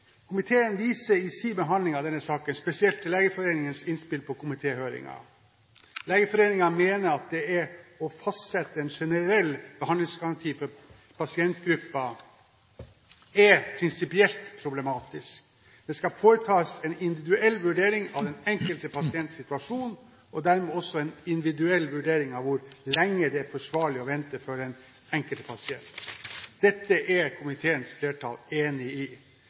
Komiteen viser i sin behandling av denne saken spesielt til Legeforeningens innspill på komitéhøringen. Legeforeningen mener at det å fastsette en generell behandlingsgaranti for pasientgrupper er prinsipielt problematisk. Det skal foretas en individuell vurdering av den enkelte pasients situasjon, og dermed også en individuell vurdering av hvor lenge det er forsvarlig å vente for den enkelte pasient. Dette er komiteens flertall enig i.